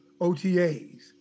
OTAs